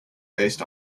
based